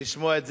לשמוע גם